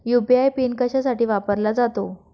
UPI PIN कशासाठी वापरला जातो?